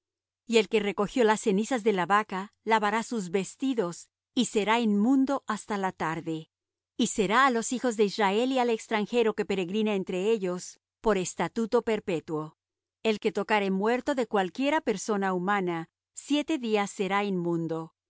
y el que recogió las cenizas de la vaca lavará sus vestidos y será inmundo hasta la tarde y será á los hijos de israel y al extranjero que peregrina entre ellos por estatuto perpetuo el que tocare muerto de cualquiera persona humana siete días será inmundo